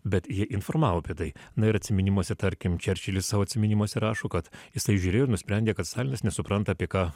bet jie informavo apie tai na ir atsiminimuose tarkim čerčilis savo atsiminimuose rašo kad jisai žiūrėjo ir nusprendė kad stalinas nesupranta apie ką